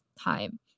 time